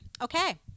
Okay